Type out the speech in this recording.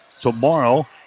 tomorrow